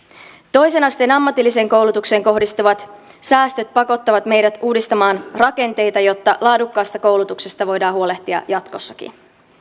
toisen asteen ammatilliseen koulutukseen kohdistuvat säästöt pakottavat meidät uudistamaan rakenteita jotta laadukkaasta koulutuksesta voidaan huolehtia jatkossakin